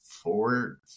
Four